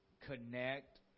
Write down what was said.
Connect